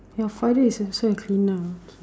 your father is also a cleaner okay